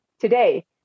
today